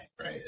right